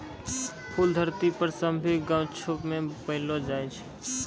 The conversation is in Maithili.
फूल धरती पर सभ्भे गाछौ मे पैलो जाय छै